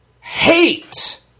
hate